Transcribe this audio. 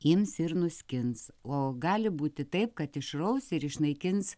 ims ir nuskins o gali būti taip kad išraus ir išnaikins